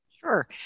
Sure